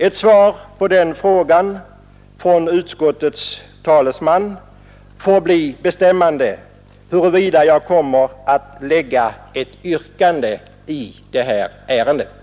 Ett svar på den frågan från utskottets talesman får bli bestämmande för om jag skall framställa ett yrkande i det här ärendet.